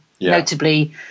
notably